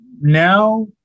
now